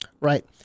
Right